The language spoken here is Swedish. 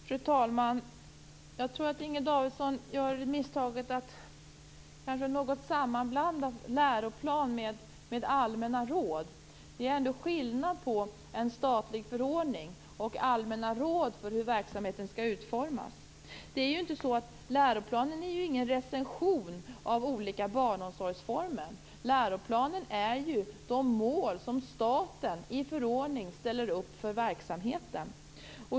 Fru talman! Jag tror att Inger Davidson gör misstaget att något sammanblanda läroplan med allmänna råd. Det är ändå skillnad på en statlig förordning och allmänna råd för hur verksamheten skall utformas. Läroplanen är ingen recension av olika barnomsorgsformer. Läroplanen är de mål som staten i en förordning ställer upp för verksamheten.